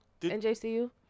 Njcu